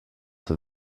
that